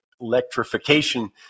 electrification